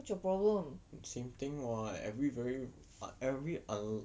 same thing what every very every un~